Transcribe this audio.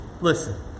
Listen